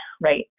right